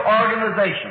organization